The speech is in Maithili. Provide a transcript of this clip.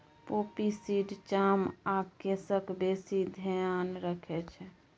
पोपी सीड चाम आ केसक बेसी धेआन रखै छै